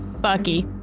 Bucky